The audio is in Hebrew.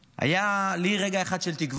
היה לי רגע אחד של תקווה.